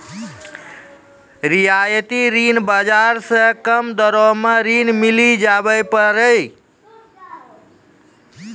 रियायती ऋण बाजार से कम दरो मे ऋण मिली जावै पारै